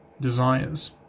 desires